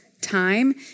time